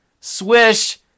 Swish